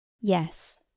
Yes